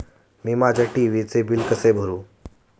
मी माझ्या टी.व्ही चे बिल कसे भरू?